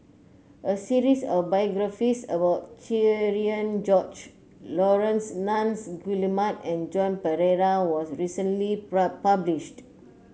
a series of biographies about Cherian George Laurence Nunns Guillemard and Joan Pereira was recently published